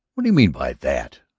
what do you mean by that?